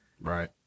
Right